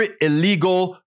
illegal